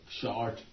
Short